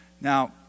Now